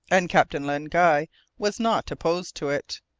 and captain len guy was not opposed to it.